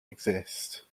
exist